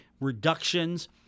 reductions